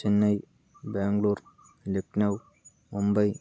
Chennai Bangalore Lucknow Mumbai